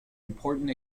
important